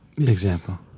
example